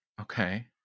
Okay